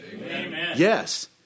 Yes